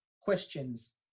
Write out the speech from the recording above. questions